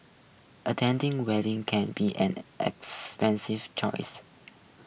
attending weddings can be an expensive chores